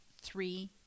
three